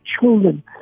children